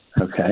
Okay